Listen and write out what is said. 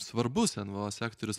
svarbus nvo sektorius